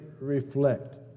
reflect